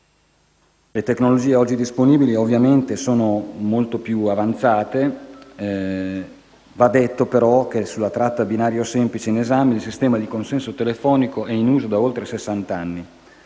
Le tecnologie oggi disponibili sono ovviamente molto più avanzate, ma va detto che sulla tratta a binario semplice in esame, il sistema di consenso telefonico è in uso da oltre